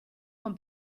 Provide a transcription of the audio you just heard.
con